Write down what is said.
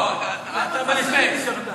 לא, יש פה שני דברים חשובים.